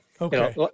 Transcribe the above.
Okay